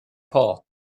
paul